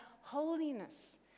holiness